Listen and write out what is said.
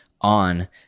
on